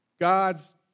God's